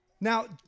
Now